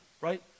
right